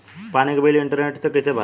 पानी के bill internet से कइसे भराई?